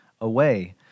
away